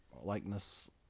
likeness